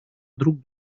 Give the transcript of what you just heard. друг